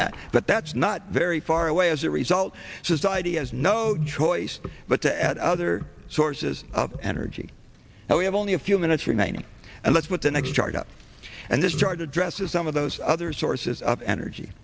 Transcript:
that but that's not very far away as a result society has no choice but to add other sources of energy and we have only a few minutes remaining and that's what the next chart up and this chart addresses some of those other sources of energy